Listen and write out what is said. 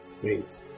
Great